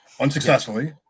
unsuccessfully